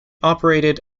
operated